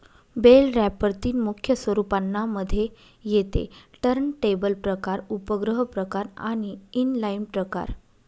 bell wrapper तीन मुख्य स्वरूपांना मध्ये येते टर्नटेबल प्रकार, उपग्रह प्रकार आणि इनलाईन प्रकार